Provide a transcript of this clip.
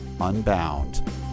unbound